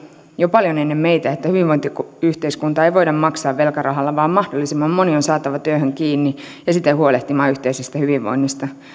jo paljon ennen meitä että hyvinvointiyhteiskuntaa ei voida maksaa velkarahalla vaan mahdollisimman moni on saatava työhön kiinni ja siten huolehtimaan yhteisestä hyvinvoinnista